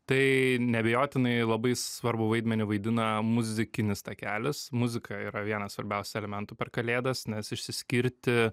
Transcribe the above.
tai neabejotinai labai svarbų vaidmenį vaidina muzikinis takelis muzika yra vienas svarbiausių elementų per kalėdas nes išsiskirti